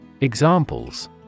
Examples